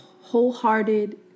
wholehearted